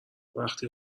وقتی